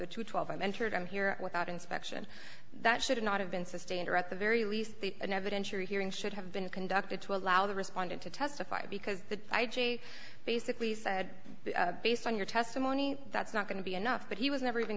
the twelve entered i'm here without inspection that should not have been sustained or at the very least an evidentiary hearing should have been conducted to allow the respondent to testify because the basically said based on your testimony that's not going to be enough but he was never even